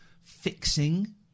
fixing